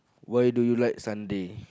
why do you like Sunday